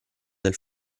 del